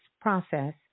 process